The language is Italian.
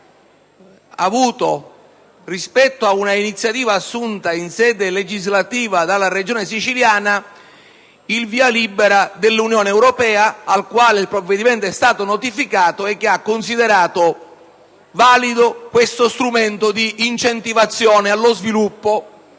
registrato, rispetto a una iniziativa in sede legislativa assunta dalla Regione siciliana, il via libera dell'Unione europea, alla quale il provvedimento è stato notificato. L'Unione europea ha considerato valido questo strumento di incentivazione allo sviluppo;